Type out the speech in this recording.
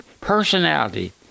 personality